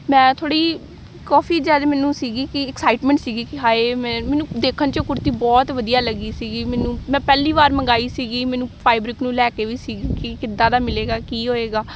ਮੈਂ ਥੋੜ੍ਹੀ ਕਾਫ਼ੀ ਜ਼ਿਆਦਾ ਮੈਨੂੰ ਸੀਗੀ ਕਿ ਐਕਸਾਈਟਮੈਂਟ ਸੀਗੀ ਕਿ ਹਾਏ ਮੈਂ ਮੈਨੂੰ ਦੇਖਣ 'ਚ ਕੁੜਤੀ ਬਹੁਤ ਵਧੀਆ ਲੱਗੀ ਸੀਗੀ ਮੈਨੂੰ ਮੈਂ ਪਹਿਲੀ ਵਾਰ ਮੰਗਵਾਈ ਸੀਗੀ ਮੈਨੂੰ ਫਾਈਬਰਿਕ ਨੂੰ ਲੈ ਕੇ ਵੀ ਸੀਗੀ ਕਿ ਕਿੱਦਾਂ ਦਾ ਮਿਲੇਗਾ ਕੀ ਹੋਵੇਗਾ